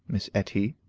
miss etty,